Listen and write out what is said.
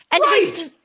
Right